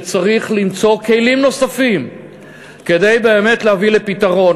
צריך למצוא כלים נוספים כדי להביא באמת לפתרון,